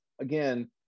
again